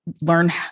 learn